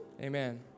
amen